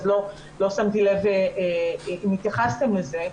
אז לא שמתי לב אם התייחסתם לזה.